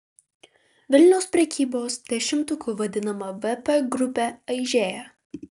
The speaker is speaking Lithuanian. vilniaus prekybos dešimtuku vadinama vp grupė aižėja